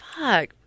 fuck